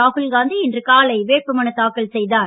ராகுல் காந்தி இன்று காலை வேட்பு மனு தாக்கல் செய்தார்